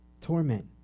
Torment